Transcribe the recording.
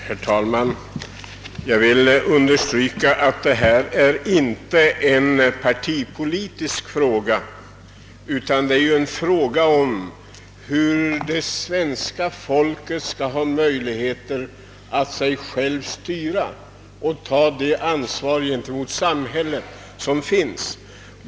Herr talman! Jag vill understryka att vad vi här diskuterar inte är någon partipolitisk fråga utan en fråga om svenska folkets möjligheter att styra sig självt och ta ansvar gentemot samhället.